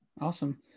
Awesome